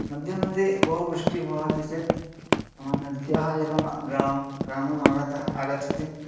मध्ये मध्ये बहु वृष्टिः भवति चेत् नाम नद्याः जलं ग्रामः ग्रामम् आगतः आगच्छति